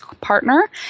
partner